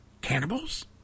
cannibals